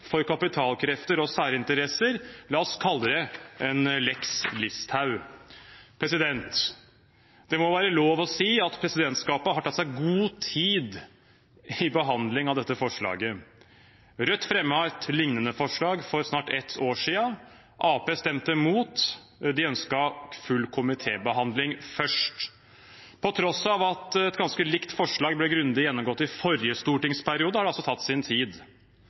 for kapitalkrefter og særinteresser. La oss kalle det en «lex Listhaug». Det må være lov å si at presidentskapet har tatt seg god tid i behandlingen av dette forslaget. Rødt fremmet et liknende forslag for snart ett år siden. Arbeiderpartiet stemte imot. De ønsket en full komitébehandling først. På tross av at et ganske likt forslag ble grundig gjennomgått i forrige stortingsperiode, har det altså tatt sin tid.